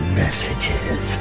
messages